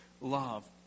love